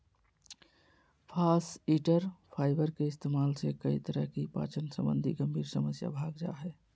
फास्इटर फाइबर के इस्तेमाल से कई तरह की पाचन संबंधी गंभीर समस्या भाग जा हइ